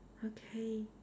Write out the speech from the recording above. okay